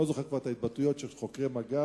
אני לא זוכר את ההתבטאויות של חוקרי מג"ב,